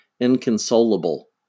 inconsolable